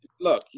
look